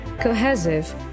cohesive